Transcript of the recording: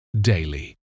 daily